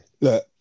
Look